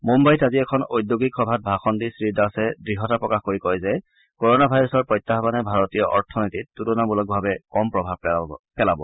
মুন্নাইত আজি এখন ওদ্যোগিক সভাত ভাষণ দি শ্ৰীদাসে দ্য়তা প্ৰকাশ কৰি কয় যে কৰনা ভাইৰাছৰ প্ৰত্যায়ানে ভাৰতীয় অৰ্থনীতিত তুলনামূলকভাৱে কম প্ৰভাৱ পেলাব